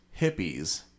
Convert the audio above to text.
hippies